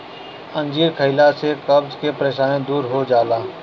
अंजीर खइला से कब्ज के परेशानी दूर हो जाला